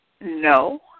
No